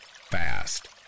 fast